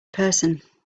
person